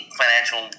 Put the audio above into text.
financial